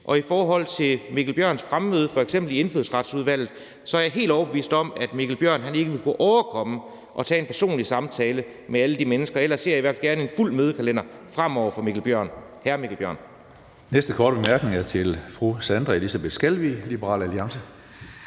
og i forhold til hr. Mikkel Bjørns fremmøde i f.eks. Indfødsretsudvalget er jeg helt overbevist om, at han ikke ville kunne overkomme at tage en personlig samtale med alle de mennesker. Ellers ser jeg i hvert fald gerne en fuld mødekalender fremover fra hr. Mikkel Bjørns